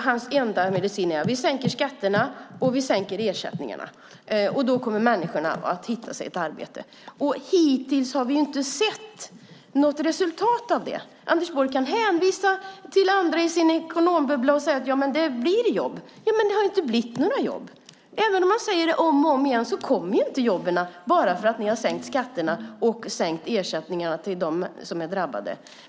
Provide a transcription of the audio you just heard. Hans enda medicin är att sänka skatterna och sänka ersättningarna för då kommer människorna att hitta ett arbete. Hittills har vi inte sett några resultat av den politiken. Anders Borg kan hänvisa till andra i sin ekonomibubbla och säga att det blir jobb, men det har inte blivit några jobb. Även om Anders Borg säger det om och om igen kommer inte jobben bara för att man sänkt skatterna och sänkt ersättningarna för dem som är drabbade.